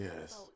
Yes